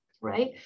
right